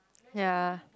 ya